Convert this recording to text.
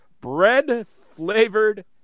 bread-flavored